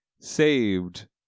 saved